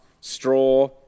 straw